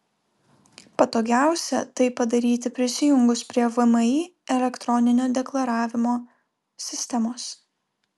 patogiausia tai padaryti prisijungus prie vmi elektroninio deklaravimo sistemos